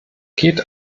geht